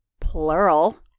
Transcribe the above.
plural